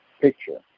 picture